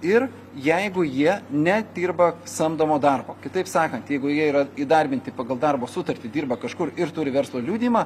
ir jeigu jie nedirba samdomo darbo kitaip sakant jeigu jie yra įdarbinti pagal darbo sutartį dirba kažkur ir turi verslo liudijimą